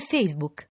Facebook